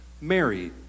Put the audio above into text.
Mary